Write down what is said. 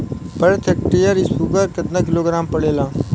प्रति हेक्टेयर स्फूर केतना किलोग्राम पड़ेला?